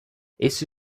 essi